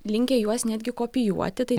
linkę juos netgi kopijuoti tai